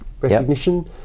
recognition